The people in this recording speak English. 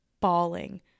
bawling